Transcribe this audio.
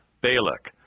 Balak